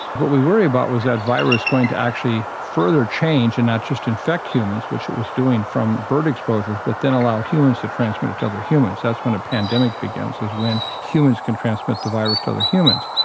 what we worry about was that virus going to actually further change and not just infect humans which it was doing from bird exposures but then allow humans to transmit it to other humans, that's when a pandemic begins, is when humans can transmit the virus to other humans.